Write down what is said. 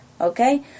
Okay